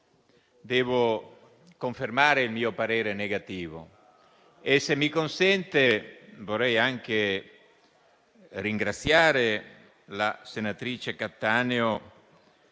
devo confermare il mio parere contrario e, se me lo consente, vorrei anche ringraziare la senatrice Cattaneo